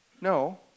No